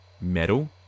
metal